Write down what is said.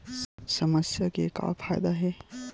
समस्या के का फ़ायदा हे?